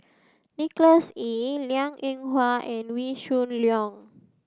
Nicholas Ee Liang Eng Hwa and Wee Shoo Leong